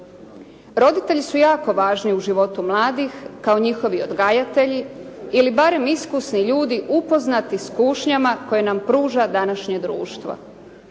Roditelji su jako važni u životu mladih kao njihovi odgajatelji ili barem iskusni ljudi upoznati s kušnjama koje nam pruža današnje društvo.